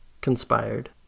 conspired